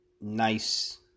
nice